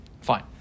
Fine